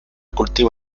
cultivo